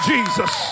Jesus